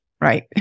Right